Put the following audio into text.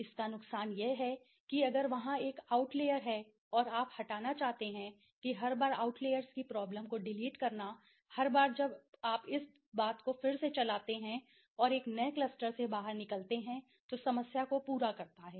इसका नुकसान यह है कि अगर वहाँ एक आउट लेयर है और आप हटाना चाहते हैं कि हर बार आउट लेयर्स की प्रॉब्लम को डिलीट करना हर बार जब आप इस बात को फिर से चलाते हैं और एक नए क्लस्टर से बाहर निकलते हैं तो समस्या को पूरा करता है